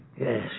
Yes